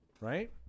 right